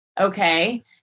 okay